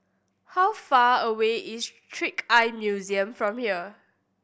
how far away is Trick Eye Museum from here